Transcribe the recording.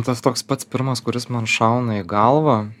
tas toks pats pirmas kuris man šauna į galvą